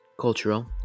cultural